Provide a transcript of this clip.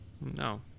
no